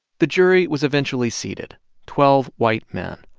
the jury was eventually seated twelve white men.